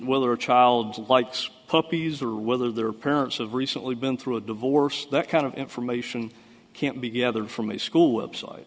whether a child likes puppies or whether their parents have recently been through a divorce that kind of information can't be gathered from a school website